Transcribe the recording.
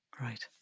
Right